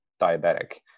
diabetic